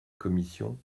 commission